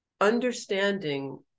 understanding